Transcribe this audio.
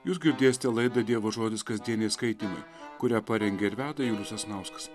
jūs girdėsite laidą dievo žodis kasdieniai skaitymai kurią parengė ir veda julius sasnauskas